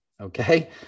Okay